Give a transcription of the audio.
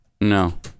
No